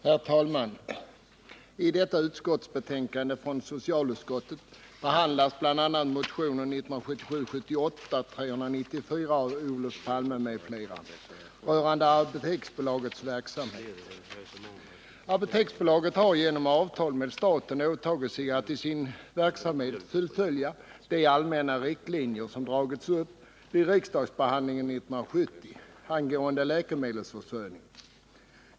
Herr talman! I detta betänkande från socialutskottet behandlas bl.a. motionen 1977/78:394 av Olof Palme m.fl. rörande Apoteksbolagets verksamhet. Apoteksbolaget har genom avtal med staten åtagit sig att i sin verksamhet följa de allmänna riktlinjer som dragits upp vid riksdagsbehandlingen 1970 angående läkemedelsförsörjning.